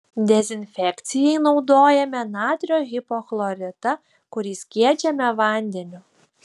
dezinfekcijai naudojame natrio hipochloritą kurį skiedžiame vandeniu